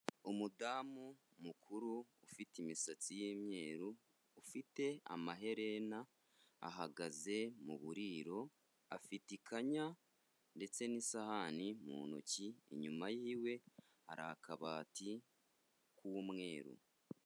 Umudamu mukuru ufite imisatsi y'imyeru, ufite amaherena, ahagaze mu buriro, afite ikanya ndetse n'isahani mu ntoki, inyuma yiwe hari akabati k'umweru.